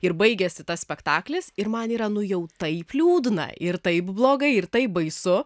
ir baigėsi tas spektaklis ir man yra nu jau taip liūdna ir taip blogai ir taip baisu